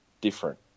different